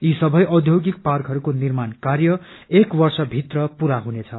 यी सबै औद्योगिक पार्कहरूको निर्माण कार्य एक वर्ष भित्र पुरा हुनेछ